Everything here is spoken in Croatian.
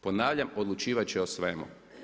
Ponavljam, odlučivati će o svemu.